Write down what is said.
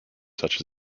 such